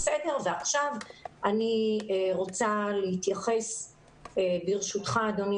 עכשיו אני רוצה להתייחס ברשותך אדוני